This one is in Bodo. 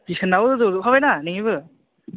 थिबसनाबो रज' जोबखाबाय दा नोंनियाबो